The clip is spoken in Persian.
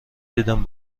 دیدم